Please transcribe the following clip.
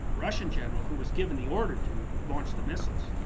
ah russian general who was given the order to launch the missiles.